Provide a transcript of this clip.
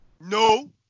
No